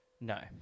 No